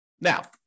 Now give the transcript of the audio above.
Now